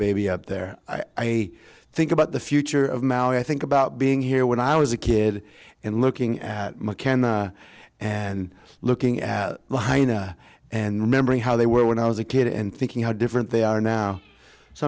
baby up there i think about the future of maui i think about being here when i was a kid and looking at mccann and looking at hina and remembering how they were when i was a kid and thinking how different they are now so